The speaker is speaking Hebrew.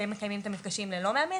והם מקיימים את המפגשים ללא מאמן,